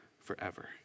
forever